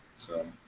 so,